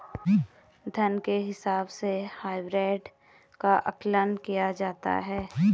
धन के हिसाब से हाइब्रिड का आकलन किया जाता है